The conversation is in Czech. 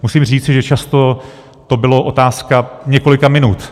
Musím říci, že často to byla otázka několika minut.